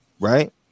right